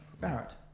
Barrett